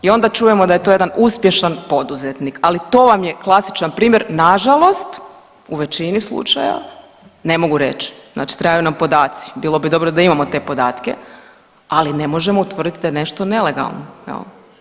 I onda čujemo da je to jedan uspješan poduzetnik, ali to vam je klasičan primjer nažalost u većini slučajeva, ne mogu reći, znači trebaju nam podaci, bilo bi dobro da imamo te podatke ali ne možemo utvrditi da je nešto nelegalno jel.